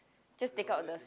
just take out the